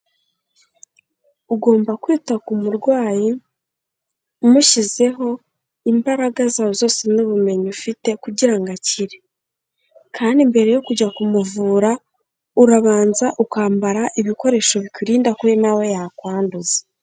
Ugomba kwita ku murwayi, umushyizeho imbaraga zawe zose n'ubumenyi ufite kugira ngo akire, kandi mbere yo kujya kumuvura urabanza ukambara ibikoresho bikurinda ko nawe yakwanduza.